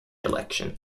election